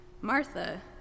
Martha